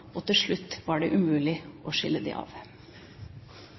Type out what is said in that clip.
og til slutt var det umulig å skille